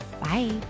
Bye